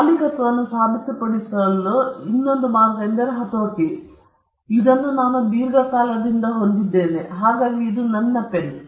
ಮಾಲೀಕತ್ವವನ್ನು ಸಾಬೀತುಮಾಡುವ ಮತ್ತೊಂದು ಮಾರ್ಗವೆಂದರೆ ಕೇವಲ ಹತೋಟಿ ನಾನು ಇದನ್ನು ದೀರ್ಘಕಾಲದಿಂದ ಹೊಂದಿದ್ದೇನೆ ಎಂದು ಹೇಳಬಹುದು ಇದು ನನ್ನ ಪೆನ್